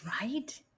Right